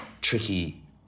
tricky